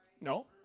No